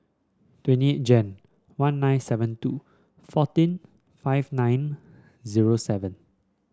twenty eight Jan one nine seven two fourteen five nine zero seven